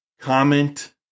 comment